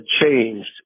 changed